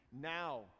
now